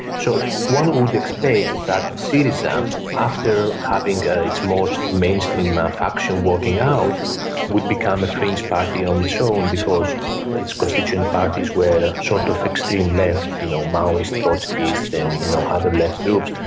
so one would expect that syriza after having ah its most mainstream ah faction walking out would become a fringe party on its own, because its constituent parties were sort of extreme left, you know maoists, trotskyists, then, you know, other left groups.